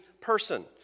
person